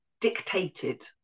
dictated